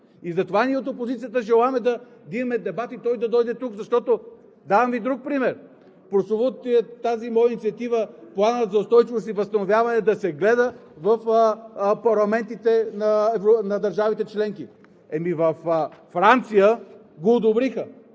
Затова ние от опозицията желаем да имаме дебат и той да дойде тук. Давам Ви друг пример. Тази моя инициатива – Планът за устойчивост и възстановяване, да се гледа в парламентите на държавите членки, във Франция го одобриха